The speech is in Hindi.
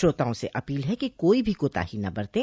श्रोताओं से अपील है कि कोई भी कोताही न बरतें